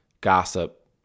gossip